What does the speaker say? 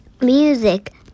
music